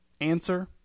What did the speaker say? Answer